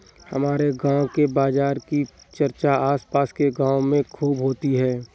हमारे गांव के बाजार की चर्चा आस पास के गावों में खूब होती हैं